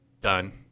done